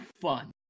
fun